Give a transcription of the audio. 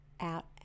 out